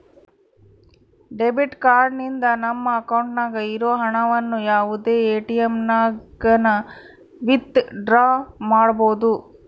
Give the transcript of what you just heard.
debit card ನಿಂದ ನಮ್ಮ ಅಕೌಂಟ್ನಾಗ ಇರೋ ಹಣವನ್ನು ಯಾವುದೇ ಎಟಿಎಮ್ನಾಗನ ವಿತ್ ಡ್ರಾ ಮಾಡ್ಬೋದು